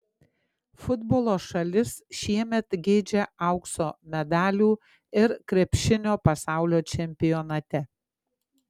futbolo šalis šiemet geidžia aukso medalių ir krepšinio pasaulio čempionate